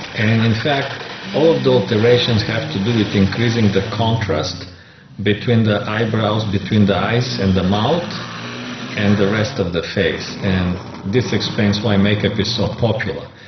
and in fact all of the alterations have to do with increasing the contrast between the eyebrows, between the eyes and the mouth and the rest of the face. and this explains why makeup is so popular,